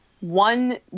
One